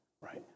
right